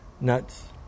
nuts